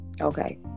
okay